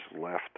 left